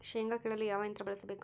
ಶೇಂಗಾ ಕೇಳಲು ಯಾವ ಯಂತ್ರ ಬಳಸಬೇಕು?